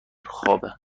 خوابه